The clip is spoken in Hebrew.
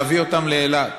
להביא אותם לאילת?